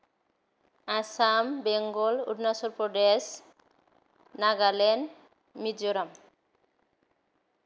Assam Bengal Arunachal Pradesh Nagaland Mizoram